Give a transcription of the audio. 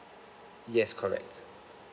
yes correct